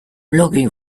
looking